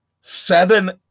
Seven